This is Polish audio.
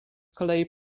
kolei